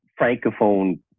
francophone